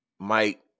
Mike